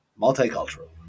multicultural